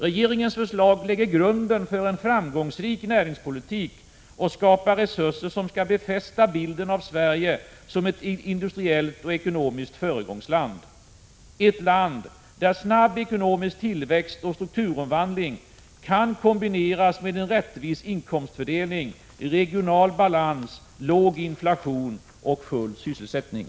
Regeringens förslag lägger grunden för en framgångsrik näringspolitik och skapar resurser, som skall befästa bilden av Sverige som ett industriellt och ekonomiskt föregångsland, ett land där snabb ekonomisk tillväxt och strukturomvandling kan kombineras med en rättvis inkomstfördelning, regional balans, låg inflation och full sysselsättning.